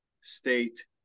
state